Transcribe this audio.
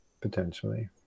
potentially